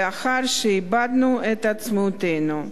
לאחר שאיבדנו את עצמאותנו.